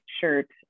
shirt